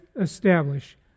establish